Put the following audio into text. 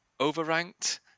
overranked